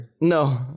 No